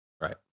Right